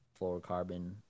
fluorocarbon